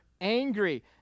angry